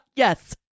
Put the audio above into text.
Yes